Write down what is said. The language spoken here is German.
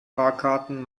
fahrkarten